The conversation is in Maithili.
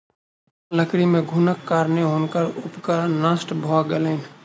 लकड़ी मे घुनक कारणेँ हुनकर उपकरण नष्ट भ गेलैन